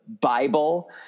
Bible